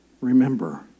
remember